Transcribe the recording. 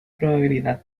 probabilidad